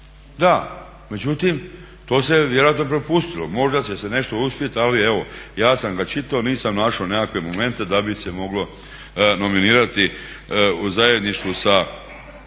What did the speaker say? da. Međutim, to se vjerojatno propustilo. Možda će se nešto uspjeti, ali evo ja sam ga čitao. Nisam našao nekakve momente da bi se moglo nominirati u zajedništvu sa